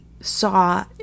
saw